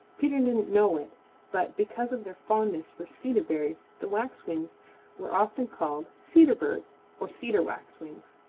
peter didn't know it but because of their fondness for cedar berries the waxwings were often called cedarbirds or cedar waxwings.